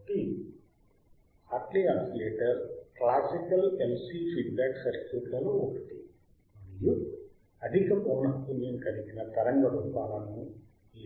కాబట్టి Hartley oscillator classical LC feedback సర్క్యూట్లలో ఒకటి మరియు అధిక పౌనఃపున్యము కలిగిన తరంగ రూపాలను